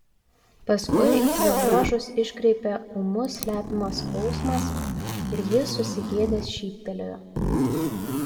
paskui jo bruožus iškreipė ūmus slepiamas skausmas ir jis susigėdęs šyptelėjo